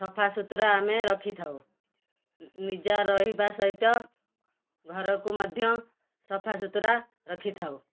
ସଫାସୁତୁରା ଆମେ ରଖିଥାଉ ନିଜ ରହିବା ସହିତ ଘରକୁ ମଧ୍ୟ ସଫା ସୁତୁରା ରଖିଥାଉ